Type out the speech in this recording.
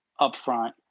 upfront